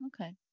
okay